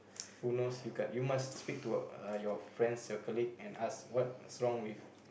who knows you can't you must speak to a uh your friends your colleague and us what's wrong with